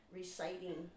reciting